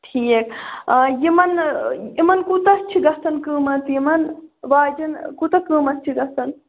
ٹھیٖک یِمَن یِمَن کوٗتاہ چھُ گَژھان قٍمَتھ یِمَن واجَن کوٗتاہ قٍمَتھ چھُ گَژھان